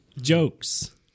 Jokes